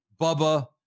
Bubba